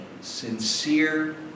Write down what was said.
sincere